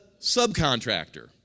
subcontractor